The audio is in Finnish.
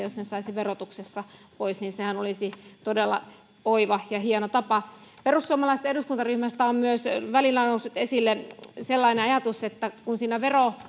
jos ne saisi verotuksessa pois niin sehän olisi todella oiva ja hieno tapa perussuomalaisten eduskuntaryhmästä on myös välillä noussut esille sellainen ajatus että kun siinä